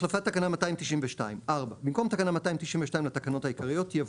החלפת תקנה 292 במקום תקנה 292 לתקנות העיקריות יבוא: